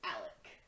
Alec